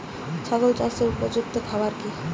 ছাগল চাষের উপযুক্ত খাবার কি কি?